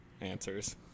answers